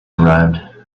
arrived